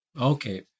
Okay